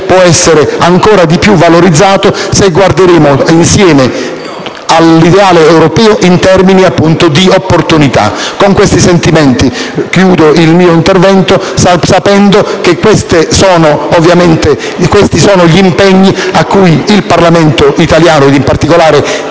può essere ancor più valorizzato se guarderemo insieme all'ideale europeo in termini di opportunità. Con tali sentimenti concludo il mio intervento, sottolineando che questi sono gli impegni che il Parlamento italiano, e il